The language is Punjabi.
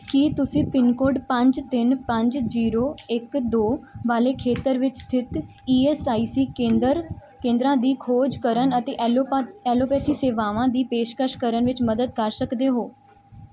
ਕੀ ਤੁਸੀਂ ਪਿੰਨ ਕੋਡ ਪੰਜ ਤਿੰਨ ਪੰਜ ਜ਼ੀਰੋ ਇੱਕ ਦੋ ਵਾਲੇ ਖੇਤਰ ਵਿੱਚ ਸਥਿਤ ਈ ਐੱਸ ਆਈ ਸੀ ਕੇਂਦਰ ਕੇਂਦਰਾਂ ਦੀ ਖੋਜ ਕਰਨ ਅਤੇ ਐਲੋਪੈ ਐਲੋਪੈਥੀ ਸੇਵਾਵਾਂ ਦੀ ਪੇਸ਼ਕਸ਼ ਕਰਨ ਵਿੱਚ ਮਦਦ ਕਰ ਸਕਦੇ ਹੋ